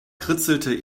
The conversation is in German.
kritzelte